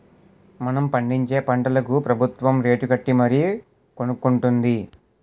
మనం పండించే పంటలకు ప్రబుత్వం రేటుకట్టి మరీ కొనుక్కొంటుంది